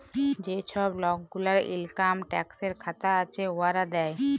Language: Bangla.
যে ছব লক গুলার ইলকাম ট্যাক্সের খাতা আছে, উয়ারা দেয়